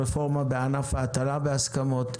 רפורמה בענף ההטלה בהסכמות,